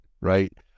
right